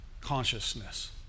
consciousness